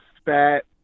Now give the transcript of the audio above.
spat